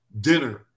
dinner